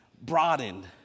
broadened